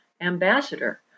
ambassador